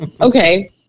Okay